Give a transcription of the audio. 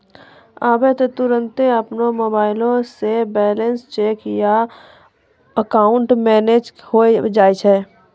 आबै त तुरन्ते अपनो मोबाइलो से बैलेंस चेक या अकाउंट मैनेज होय जाय छै